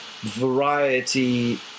variety